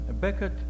Beckett